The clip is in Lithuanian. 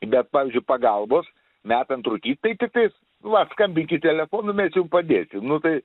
bet pavyzdžiui pagalbos metant rūkyt tai tiktais va skambinkit telefonu mes jum padėsim nu tai